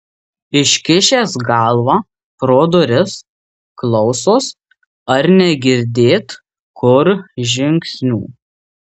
iškišęs galvą pro duris klausos ar negirdėt kur žingsnių